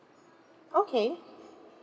okay